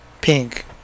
pink